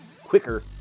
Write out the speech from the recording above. quicker